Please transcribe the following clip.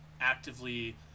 actively